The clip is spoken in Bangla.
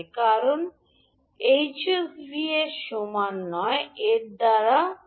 কারণ এইচএস ভি hsv এর সমান হয় vs এর সমান নয়